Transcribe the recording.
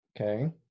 Okay